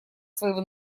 своего